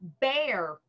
bear